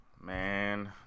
Man